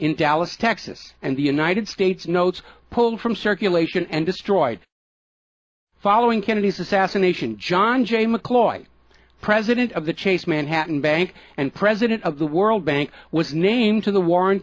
in dallas texas and the united states notes pulled from circulation and destroyed following kennedy's assassination john j mccloy president of the chase manhattan bank and president of the world bank was named to the warren